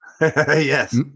Yes